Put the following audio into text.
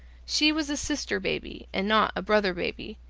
she was a sister-baby and not a brother-baby,